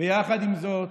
יחד עם זאת,